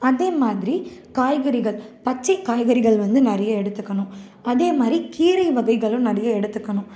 அதேமாதிரி காய்கறிகள் பச்சை காய்கறிகள் வந்து நிறைய எடுத்துக்கணும் அதேமாதிரி கீரை வகைகளும் நிறைய எடுத்துக்கணும்